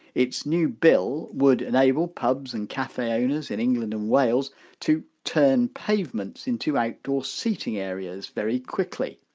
its new bill would enable pubs and cafe owners in england and wales to turn pavements into outdoor seating areas very quickly.